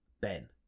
Ben